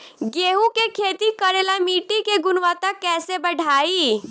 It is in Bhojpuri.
गेहूं के खेती करेला मिट्टी के गुणवत्ता कैसे बढ़ाई?